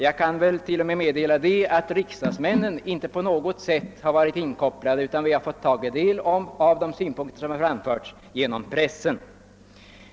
Jag kan meddela att riksdagsmännen inte på något sätt varit inkopplade, utan att vi fått ta del av de framförda synpunkterna genom pressen.